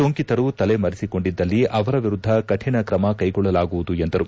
ಸೋಂಕಿತರು ತಲೆಮರೆಸಿಕೊಂಡಿದ್ದಲ್ಲಿ ಅವರ ವಿರುದ್ದ ಕಠಿಣ ಕ್ರಮ ಕೈಗೊಳ್ಳಲಾಗುವುದು ಎಂದರು